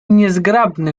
niezgrabny